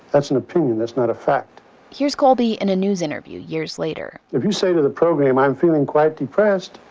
that's an opinion, that's not a fact here's colby in a news interview years later if you say to the program, i'm feeling quite depressed,